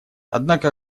однако